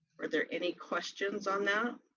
are there any questions on that?